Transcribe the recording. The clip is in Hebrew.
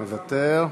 מוותר.